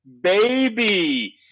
baby